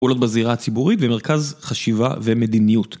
עולות בזירה הציבורית ומרכז חשיבה ומדיניות.